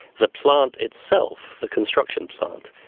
the plant itself, the construction plant,